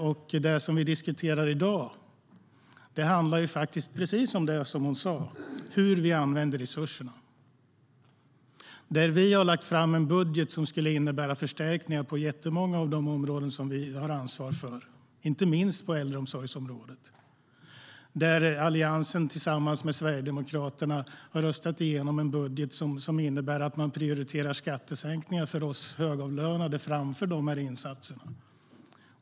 Och det vi diskuterar i dag handlar om precis det som hon sa - hur vi använder resurserna. Alliansen tillsammans med Sverigedemokraterna har röstat igenom en budget som innebär att man prioriterar skattesänkningar för oss högavlönade framför de insatserna.